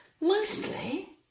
Mostly